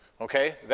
Okay